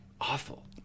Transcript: awful